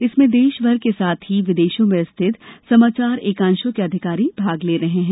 इसमें देश भर के साथ ही विदेशों में स्थित समाचार एकांशों के अधिकारी भाग ले रहे हैं